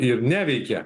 ir neveikia